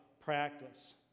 practice